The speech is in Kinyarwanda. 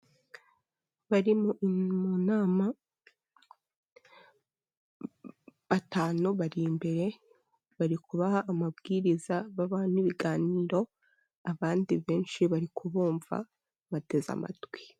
Bari mu inama, batanu bari imbere bari kubaha amabwiriza, babaha n'ibiganiro, abandi benshi bari kubumva bateze amatwi.